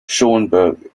schoenberg